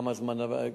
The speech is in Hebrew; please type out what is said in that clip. כמה זמן עבר.